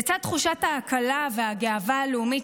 לצד תחושת ההקלה והגאווה הלאומית,